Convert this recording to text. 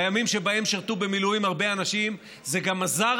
בימים שבהם שירתו במילואים הרבה אנשים זה גם עזר